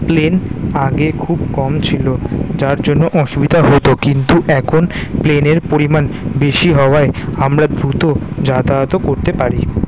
plane আগে খুব কম ছিলো যার জন্য অসুবিধা হতো কিন্তু এখন প্লেনের পরিমাণ বেশি হওয়ায় আমরা দ্রুত যাতায়াতও করতে পারি